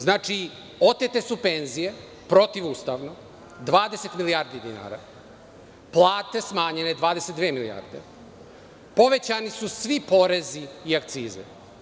Znači, otete su penzije, protivustavno, 20 milijardi dinara, plate smanjene 22 milijarde, povećani su svi porezi i akcize.